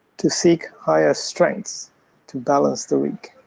to seek higher strength to balance the weak.